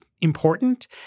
important